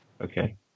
Okay